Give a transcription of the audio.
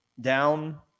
down